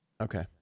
Okay